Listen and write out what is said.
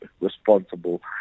responsible